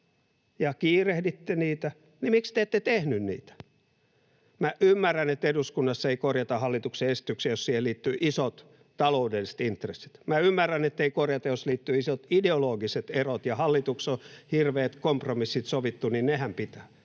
ja kiirehditte niitä, niin miksi te ette tehneet niitä? Minä ymmärrän, että eduskunnassa ei korjata hallituksen esityksiä, jos niihin liittyy isot taloudelliset intressit, minä ymmärrän, ettei korjata, jos niihin liittyy isot ideologiset erot, ja jos hallituksella on hirveät kompromissit sovittu, niin nehän pitävät,